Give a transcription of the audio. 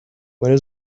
might